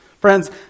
Friends